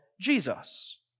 Jesus